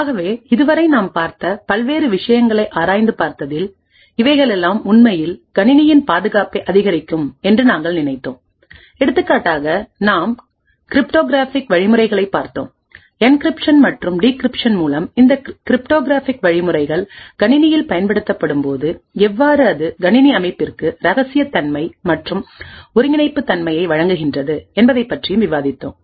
ஆகவே இதுவரை நாம் பார்த்த பல்வேறு விஷயங்களைப் ஆராய்ந்து பார்த்ததில் இவைகளெல்லாம் உண்மையில் கணினியின் பாதுகாப்பை அதிகரிக்கும் என்று நாங்கள் நினைத்தோம் எடுத்துக்காட்டாக நாம் கிரிப்டோகிராஃபிக் வழிமுறைகளைப் பார்த்தோம் என்கிரிப்ஷன் மற்றும் டிகிரிப்ஷன் மூலம் இந்த கிரிப்டோகிராஃபிக் வழிமுறைகள் கணினியில் பயன்படுத்தப்படும்போது எவ்வாறு அது கணினி அமைப்பிற்கு இரகசியத்தன்மை மற்றும் ஒருங்கிணைப்பு தன்மையை வழங்குகின்றது என்பதைப் பற்றியும் விவாதித்தோம்